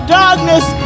darkness